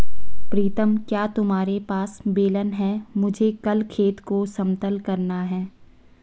प्रीतम क्या तुम्हारे पास बेलन है मुझे कल खेत को समतल करना है?